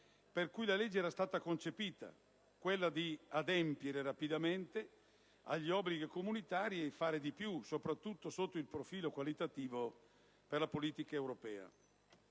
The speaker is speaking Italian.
per cui la legge era stata concepita, quello di adempiere rapidamente agli obblighi comunitari e fare di più, soprattutto sotto il profilo qualitativo della politica europea.